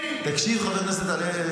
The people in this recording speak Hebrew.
על עבריינים.